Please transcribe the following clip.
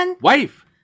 Wife